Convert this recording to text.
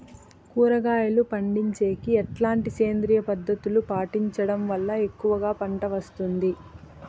కూరగాయలు పండించేకి ఎట్లాంటి సేంద్రియ పద్ధతులు పాటించడం వల్ల ఎక్కువగా పంట వస్తుంది?